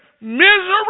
misery